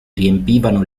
riempivano